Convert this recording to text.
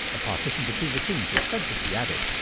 a partition between the teams was sensibly added.